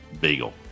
bagel